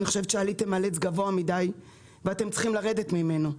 אני חושבת שעליתם על עץ גבוה מדי ואתם צריכים לרדת ממנו.